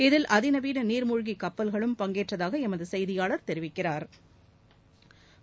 இதில் அதிநவீன நீாமூழ்கி கப்பல்களும் பங்கேற்றதாக எமது செய்தியாளா் தெரிவிக்கிறாா்